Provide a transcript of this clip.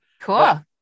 Cool